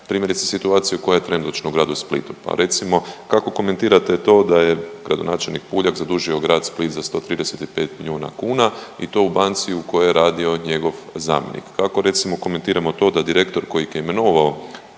primjerice situaciju koja je trenutačno u gradu Splitu, pa recimo kako komentirate to da je gradonačelnik Puljak zadužio grad Split za 135 milijuna kuna i to u banci u kojoj je radio njegov zamjenik. Kako recimo komentiramo to da direktor kojeg je imenovao